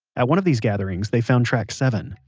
at one of these gatherings they found track seven,